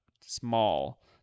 small